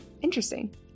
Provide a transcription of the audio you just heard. interesting